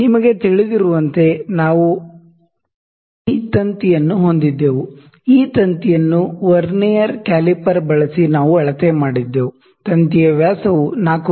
ನಿಮಗೆ ತಿಳಿದಿರುವಂತೆ ನಾವು ಈ ತಂತಿಯನ್ನು ಹೊಂದಿದ್ದೆವು ಈ ತಂತಿಯನ್ನು ವರ್ನೈರ್ ಕ್ಯಾಲಿಪರ್ ಬಳಸಿ ನಾವು ಅಳತೆ ಮಾಡಿದ್ದೆವು ತಂತಿಯ ವ್ಯಾಸವು 4 ಮಿ